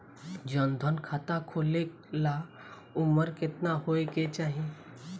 जन धन खाता खोले ला उमर केतना होए के चाही?